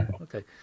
Okay